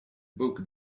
book